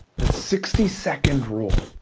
the sixty second rule.